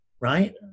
Right